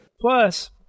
Plus